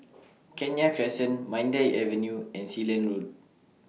Kenya Crescent Mandai Avenue and Sealand Road